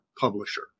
publisher